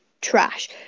trash